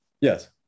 Yes